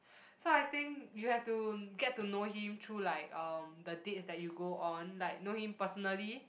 so I think you have to get to know him through like um the dates that you go on like know him personally